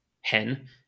Hen